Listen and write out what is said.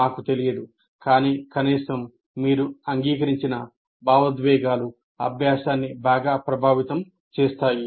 మాకు తెలియదు కానీ కనీసం మీరు అంగీకరించిన భావోద్వేగాలు అభ్యాసాన్ని బాగా ప్రభావితం చేస్తాయి